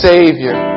Savior